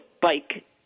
bike